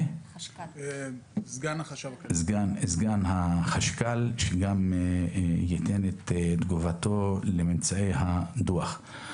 וגם לסגן החשב הכללי שיאמרו את תגובתם לממצאי הדוח.